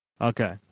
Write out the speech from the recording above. Okay